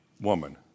woman